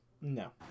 No